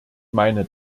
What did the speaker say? meine